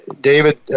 David